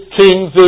kings